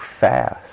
fast